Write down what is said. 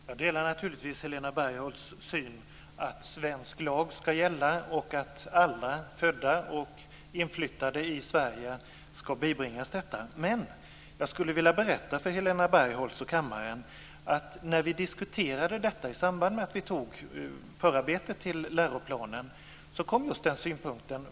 Fru talman! Jag delar naturligtvis Helena Bargholtz syn att svensk lag ska gälla och att alla födda och inflyttade i Sverige ska bibringas detta. Men jag skulle vilja berätta för Helena Bargholtz och för kammaren att när vi diskuterade detta i samband med förarbetet till läroplanen så kom denna synpunkt upp.